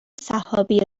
سحابی